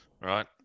right